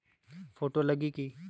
Photo लगी कि?